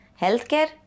Healthcare